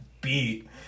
beat